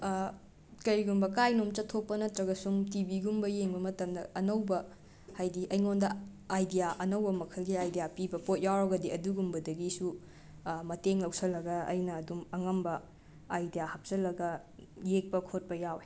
ꯀꯔꯤꯒꯨꯝꯕ ꯀꯥꯏꯗꯅꯣꯃ ꯆꯠꯊꯣꯛꯄ ꯅꯠꯇ꯭ꯔꯒ ꯁꯨꯝ ꯇꯤꯕꯤꯒꯨꯝꯕ ꯌꯦꯡꯕ ꯃꯇꯝꯗ ꯑꯅꯧꯕ ꯍꯥꯏꯗꯤ ꯑꯩꯉꯣꯟꯗ ꯑꯥꯏꯗꯤꯌꯥ ꯑꯅꯧꯕ ꯃꯈꯜꯒꯤ ꯑꯥꯏꯗꯤꯌꯥ ꯄꯤꯕ ꯄꯣꯠ ꯌꯥꯎꯔꯒꯗꯤ ꯑꯗꯨꯒꯨꯝꯕꯗꯒꯤꯁꯨ ꯃꯇꯦꯡ ꯂꯧꯁꯜꯂꯒ ꯑꯩꯅ ꯑꯗꯨꯝ ꯑꯉꯝꯕ ꯑꯥꯏꯗ꯭ꯌꯥ ꯍꯥꯞꯆꯜꯂꯒ ꯌꯦꯛꯄ ꯈꯣꯠꯄ ꯌꯥꯎꯋꯦ